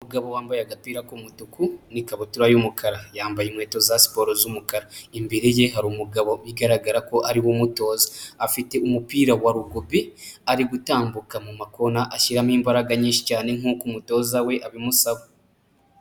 Umugabo wambaye agapira k'umutuku n'ikabutura y'umukara. Yambaye inkweto za siporo z'umukara. Imbere ye hari umugabo bigaragara ko ari we umutoza. Afite umupira wa rugubi, ari gutambuka mu makona ashyiramo imbaraga nyinshi cyane nk'uko umutoza we abimusaba.